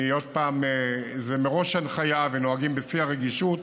עוד פעם, זאת מראש הנחיה, ונוהגים בשיא הרגישות: